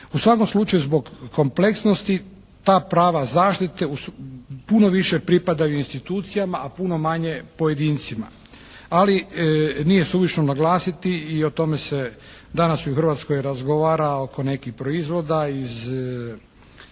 U svakom slučaju zbog kompleksnosti ta prava zaštite puno više pripadaju institucijama, a puno manje pojedincima. Ali nije suvišno naglasiti, i o tome se danas u Hrvatskoj razgovara oko nekih proizvoda iz